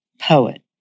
poet